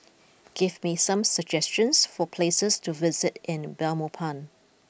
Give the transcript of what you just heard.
give me some suggestions for places to visit in Belmopan